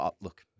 look